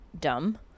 dumb